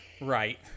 Right